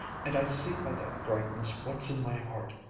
and i see by that brightness what's in my heart,